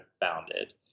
founded